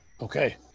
Okay